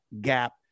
gap